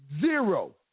zero